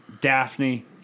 Daphne